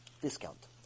discount